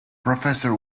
professor